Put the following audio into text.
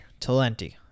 Talenti